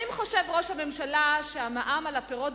האם חושב ראש הממשלה שמע"מ על הפירות,